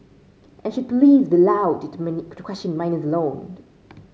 and should police be allowed did to many to question minors alone